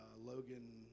Logan